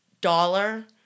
dollar